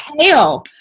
hell